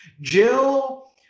Jill